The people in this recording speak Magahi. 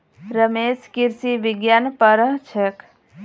रमेश कृषि विज्ञान पढ़ छेक